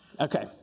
Okay